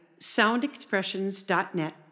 soundexpressions.net